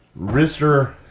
Rister